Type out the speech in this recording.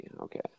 Okay